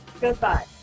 Goodbye